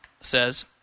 says